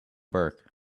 burke